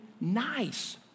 nice